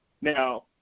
Now